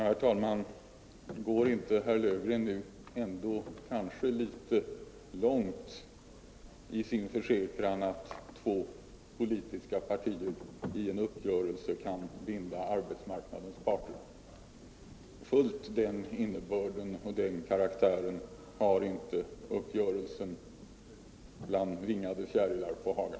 Herr talman! Går inte herr Löfgren nu ändå kanske litet långt i sin försäkran att två politiska partier i en uppgörelse kan binda arbetsmarknadens parter? Riktigt den innebörden och karaktären har inte uppgörelsen bland vingade fjärilar på Haga.